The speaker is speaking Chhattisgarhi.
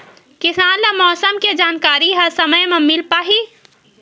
किसान ल मौसम के जानकारी ह समय म मिल पाही?